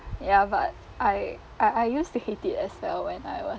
ya but I I I used to hate it as well when I was